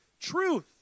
truth